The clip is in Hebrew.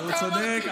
הוא צודק,